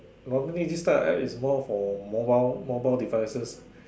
normally this type of App is more for mobile mobile devices